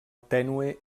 tènue